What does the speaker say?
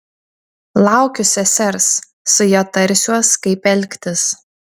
laukiu sesers su ja tarsiuos kaip elgtis